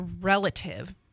relative